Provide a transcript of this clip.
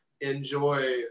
enjoy